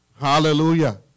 Hallelujah